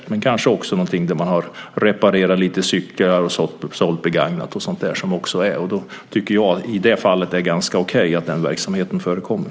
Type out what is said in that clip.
Det gäller kanske också att man har reparerat lite cyklar, sålt begagnat och sådant. I det fallet tycker jag att det är ganska okej att den verksamheten förekommer.